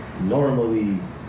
normally